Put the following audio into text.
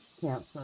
cancer